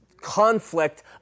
conflict